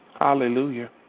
Hallelujah